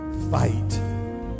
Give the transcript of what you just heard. fight